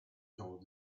though